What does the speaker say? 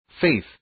Faith